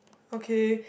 okay